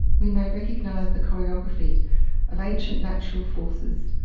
we may recognise the choreography of ancient natural forces,